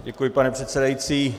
Děkuji, pane předsedající.